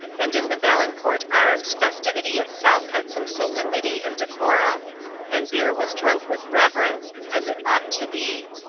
and in the valencourt arms festivity itself had some solemnity and decorum and beer was drunk with reverence, as it ought to be.